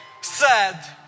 sad